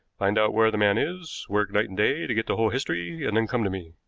find out where the man is, work night and day to get the whole history, and then come to me.